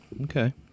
okay